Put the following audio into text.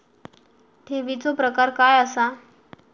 ठेवीचो प्रकार काय असा?